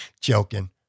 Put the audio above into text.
Joking